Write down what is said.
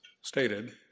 stated